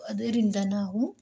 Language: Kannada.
ಅದರಿಂದ ನಾವು